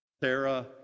Sarah